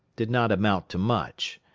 did not amount to much.